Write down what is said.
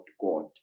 God